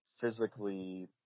physically